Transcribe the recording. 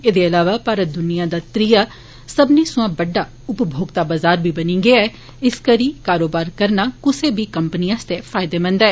ऐदे अलाक मारत दूनिया दा त्रिआ सब्बनें सोयां बड्ड उपमोक्ता बजार बी बनी गेआ इस करी कारोबार करना कुसै बी कम्पनी आस्तै फायदेमंद ऐ